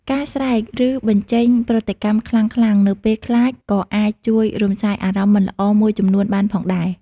ការស្រែកឬបញ្ចេញប្រតិកម្មខ្លាំងៗនៅពេលខ្លាចក៏អាចជួយរំសាយអារម្មណ៍មិនល្អមួយចំនួនបានផងដែរ។